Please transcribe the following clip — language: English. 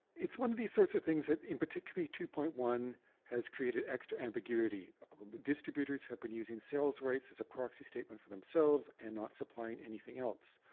it's one of these sorts of things that in particularly two point one has created extra ambiguity. distributors have been using sales rights as a proxy statement for themselves and not supplying anything else.